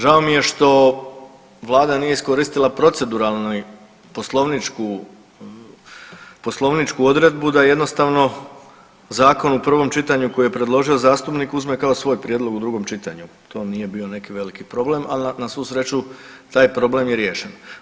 Žao mi je što vlada nije iskoristila proceduralni poslovničku, poslovničku odredbu da jednostavno zakon u prvom čitanju koji je predložio zastupnik uzme kao svoj prijedlog u drugom čitanju, to nije bio neki veliki problem, ali na svu sreću taj problem je riješen.